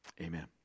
Amen